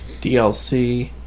dlc